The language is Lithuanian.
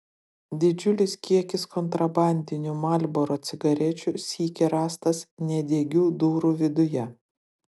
didžiulis kiekis kontrabandinių marlboro cigarečių sykį rastas nedegių durų viduje